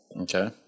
Okay